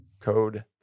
code